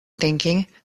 thinking